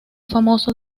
famoso